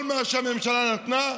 שכל מה שהממשלה נתנה,